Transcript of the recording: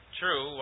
true